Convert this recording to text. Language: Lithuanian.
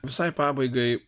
visai pabaigai